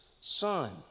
son